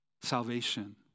Salvation